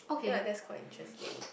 feel like that's quite interesting